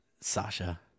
Sasha